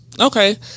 okay